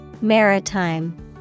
Maritime